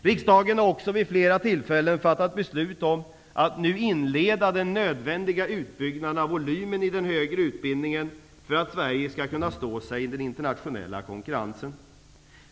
Riksdagen har också vid flera tillfällen fattat beslut om att nu inleda den nödvändiga utbyggnaden av volymen i den högre utbildningen för att Sverige skall kunna stå sig i den internationella konkurrensen.